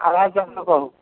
खराब जङ ने कहू